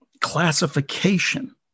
classification